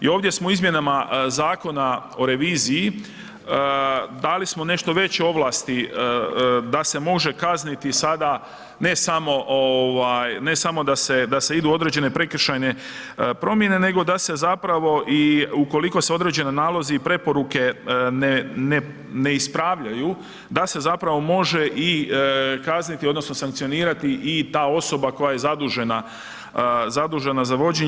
I ovdje smo u izmjenama zakona o reviziji, dali smo nešto veće ovlasti da se može kazniti sada ne samo ovaj, ne samo da se idu određene prekršajne promjene, nego da se zapravo i ukoliko se određeni nalozi i preporuke ne, ne ispravljaju da se zapravo može i kazniti odnosno sankcionirati i ta osoba koja je zadužena, zadužena za vođenje.